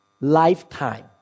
lifetime